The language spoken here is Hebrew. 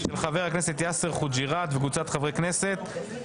של חה"כ יאסר חוג'יראת וקבוצת חברי הכנסת,